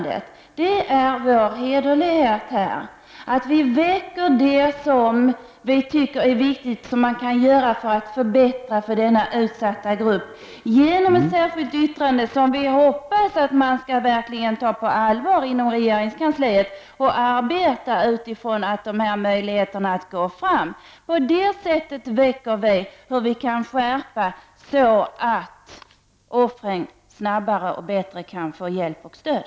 Det är vår hederlighet i detta sammanhang. Vi tar i ett särskilt yttrande upp det som vi anser är viktigt att göra för att förbättra för denna utsatta grupp. Vi hoppas att man inom regeringskansliet skall ta detta på allvar och arbeta utifrån dessa förslag. På det sättet tar vi upp det som behövs för att offren snabbare och bättre skall kunna få hjälp och stöd.